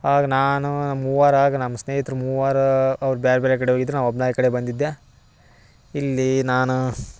ಆಗ ನಾನು ನಮ್ಮ ಮೂವರಾಗೆ ನಮ್ಮ ಸ್ನೇಹಿತ್ರು ಮೂವರು ಅವ್ರು ಬ್ಯಾರೆ ಬ್ಯಾರೆ ಕಡೆ ಹೋಗಿದ್ದರು ನಾ ಒಬ್ನ ಈ ಕಡೆ ಬಂದಿದ್ದೆ ಇಲ್ಲಿ ನಾನು